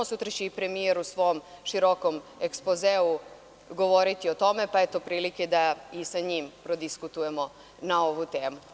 Sutra će i premijer u svom širokom ekspozeu govoriti o tome, pa eto prilike da i sa njim prodiskutujemo na ovu temu.